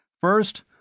First